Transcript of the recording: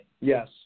Yes